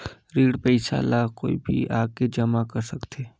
ऋण पईसा ला कोई भी आके जमा कर सकथे?